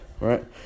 right